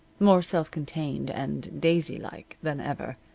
more self-contained, and daisylike than ever.